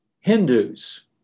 Hindus